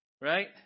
right